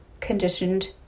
conditioned